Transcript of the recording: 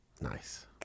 Nice